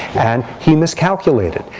and he miscalculated.